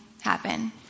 happen